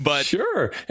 Sure